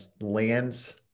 lands